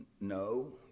No